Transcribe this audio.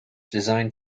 designed